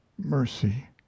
mercy